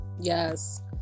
yes